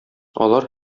алар